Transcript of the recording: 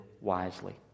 wisely